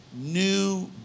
new